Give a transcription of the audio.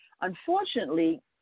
Unfortunately